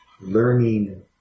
learning